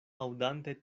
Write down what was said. aŭdante